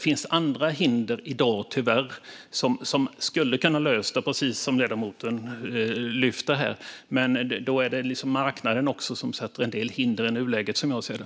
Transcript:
Utan dessa hinder kunde det ha lösts, precis som ledamoten säger. Men även marknaden sätter ju upp en del hinder i nuläget.